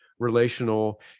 relational